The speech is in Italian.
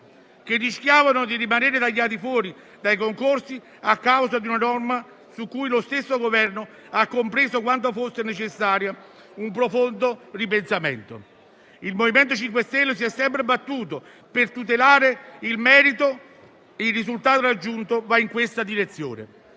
che rischiavano di rimanere tagliati fuori dai concorsi a causa di una norma su cui lo stesso Governo ha compreso quanto fosse necessario un profondo ripensamento. Il MoVimento 5 Stelle si è sempre battuto per tutelare il merito e il risultato raggiunto va in questa direzione.